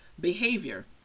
behavior